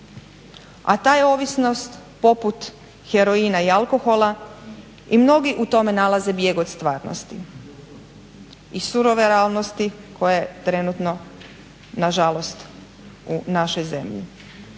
A ta je ovisnost poput heroina i alkohola i mnogi u tome nalaze bijeg od stvarnosti i surove realnosti koja je trenutno nažalost u našoj zemlji.